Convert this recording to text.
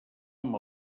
amb